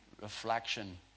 reflection